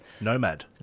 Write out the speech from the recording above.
Nomad